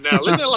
now